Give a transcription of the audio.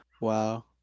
Wow